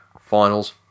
finals